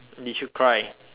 did you cry